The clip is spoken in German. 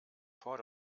port